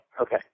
Okay